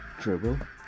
Dribble